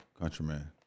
countryman